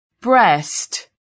breast